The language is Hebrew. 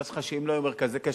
תאר לעצמך שלא היו מרכזי קשר.